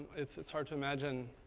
it's it's hard to imagine